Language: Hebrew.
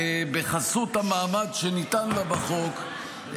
בחסות המעמד שניתן לה בחוק,